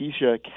Keisha